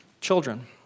children